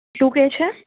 શું કહે છે